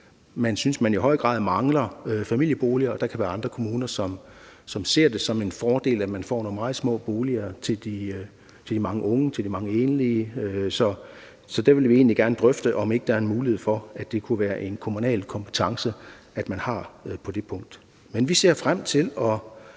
man synes, at man i høj grad mangler familieboliger, og der kan være andre kommuner, som ser det som en fordel, at man får nogle meget små boliger til de mange unge, til de mange enlige. Så der vil vi egentlig gerne drøfte, om ikke der er en mulighed for, at det kunne være en kommunal kompetence, man har på det punkt. Men vi ser frem til at